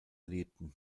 lebten